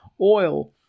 Oil